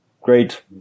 great